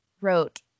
wrote